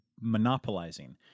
monopolizing